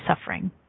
suffering